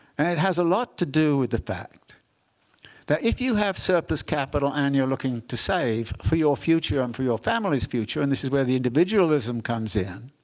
and it has a lot to do with the fact that if you have surplus capital and you're looking to save for your future and for your family's future and this is where the individualism comes in.